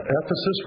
Ephesus